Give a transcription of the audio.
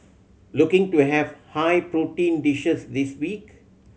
looking to have high protein dishes this week